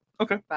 Okay